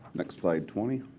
next slide, twenty.